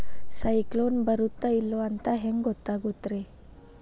ಸೈಕ್ಲೋನ ಬರುತ್ತ ಇಲ್ಲೋ ಅಂತ ಹೆಂಗ್ ಗೊತ್ತಾಗುತ್ತ ರೇ?